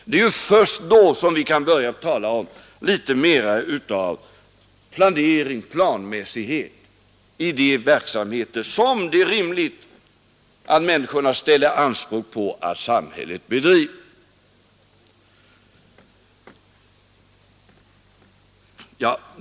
Det är först då som vi kan litet mera tala om planering och planmässighet i de verksamheter som människorna anser att samhället bör bedriva.